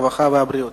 הרווחה והבריאות.